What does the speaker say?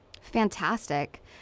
Fantastic